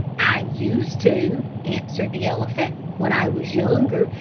i used to, answered the elephant, when i was younger,